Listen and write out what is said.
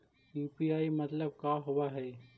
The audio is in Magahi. यु.पी.आई मतलब का होब हइ?